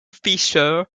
fischer